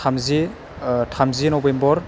थामजि नबेम्बर